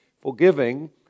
Forgiving